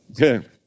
Okay